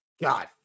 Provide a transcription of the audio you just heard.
God